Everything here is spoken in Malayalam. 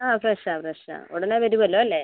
ആ ഫ്രഷാണ് ഫ്രഷാണ് ഉടനെ വരുവല്ലൊ അല്ലെ